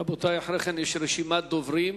רבותי, אחרי כן יש רשימת דוברים.